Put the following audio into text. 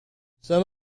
some